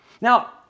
now